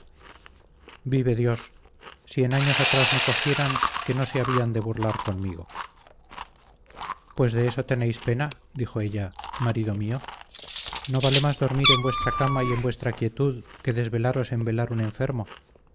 vive dios si en años atrás me cogieran que no se habían de burlar conmigo pues de eso tenéis pena dijo ella marido mío no vale más dormir en vuestra cama y en vuestra quietud que desvelaros en velar un enfermo